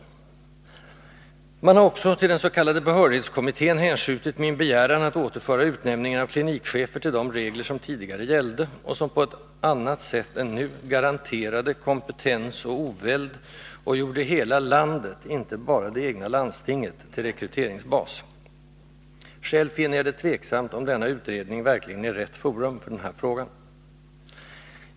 Utskottet har också till den s.k. behörighetskommittén hänskjutit min begäran att utnämningen av klinikchefer skall återföras till de regler som tidigare gällde, och som på ett annat sätt än nu garanterade kompetens och oväld och gjorde hela landet, inte bara det egna landstinget, till rekryteringsbas. Själv finner jag det tveksamt om denna utredning verkligen är rätt forum för den här frågan.